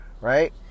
right